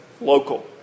local